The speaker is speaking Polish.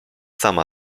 sama